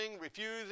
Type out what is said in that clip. refusing